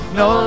no